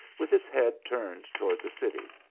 with its head turned toward the city.